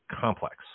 complex